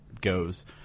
goes